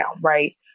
Right